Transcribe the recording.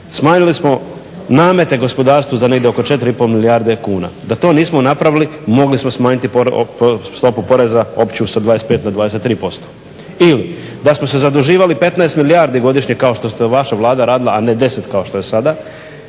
smanjili smo namete gospodarstvu za negdje oko 4,5 milijarde kuna. Da to nismo napravili mogli smo smanjiti stopu poreza opću sa 25 na 23% ili da smo se zaduživali 15 milijardi godišnje kao što je vaša Vlada radila, a ne 10 kao što je sada,